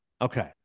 Okay